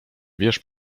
wiesz